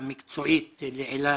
המקצועית לעילא